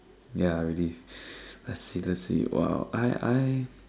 ya relive let's see let's see !wow! I I